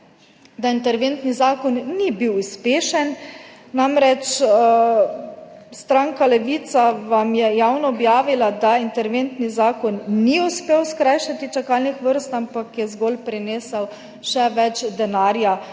da interventni zakon ni bil uspešen. Namreč, stranka Levica vam je javno objavila, da interventni zakon ni uspel skrajšati čakalnih vrst, ampak je zgolj prinesel še več denarja